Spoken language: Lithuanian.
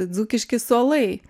dzūkiški suolai